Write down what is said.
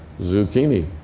zucchini.